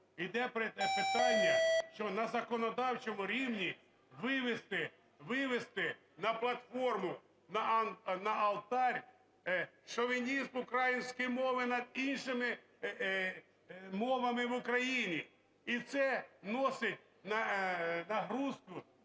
іде питання, що на законодавчому рівні вивести на платформу, на алтарь шовінізм української мови над іншими мовами в Україні. І це носить нагрузку,